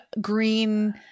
green